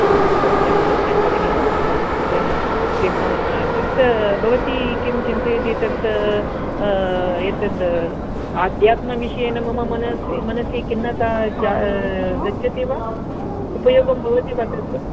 सत्यं सत्यं भगिनि सत्यं सत्यं किं तत् भवती किं चिन्तयति तत् एतत् आध्यात्मिकविषयेण मम मनसि खिन्नता जा गच्छति वा उपयोगं भवति वा तत्